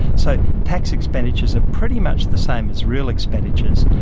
so tax expenditures are pretty much the same as real expenditures.